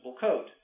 code